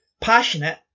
passionate